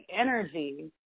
energy